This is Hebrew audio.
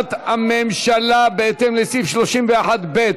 הודעת הממשלה בהתאם לסעיף 31(ב)